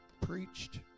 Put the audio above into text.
preached